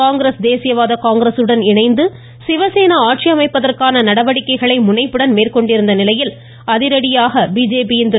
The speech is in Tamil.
காங்கிரஸ் தேசியவாத காங்கிரஸுடன் இணைந்து சிவசேனா ஆட்சி அமைப்பதற்கான நடவடிக்கைகளை முனைப்புடன் மேற்கொண்டிருந்த நிலையில் அதிரடியாக பிஜேபியின் திரு